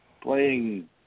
playing